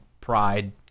pride